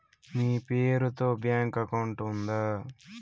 మీ పేరు తో bank account ఉందా?